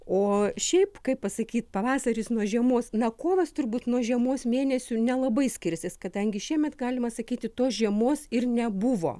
o šiaip kaip pasakyt pavasaris nuo žiemos na kovas turbūt nuo žiemos mėnesių nelabai skirsis kadangi šiemet galima sakyti tos žiemos ir nebuvo